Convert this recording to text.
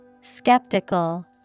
Skeptical